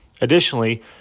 additionally